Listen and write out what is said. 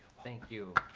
thank you.